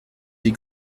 des